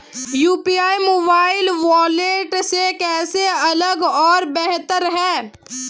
UPI mobile wallet से कैसे अलग और बेहतर है?